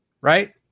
right